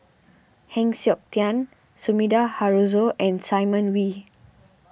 Heng Siok Tian Sumida Haruzo and Simon Wee